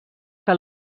que